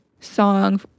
song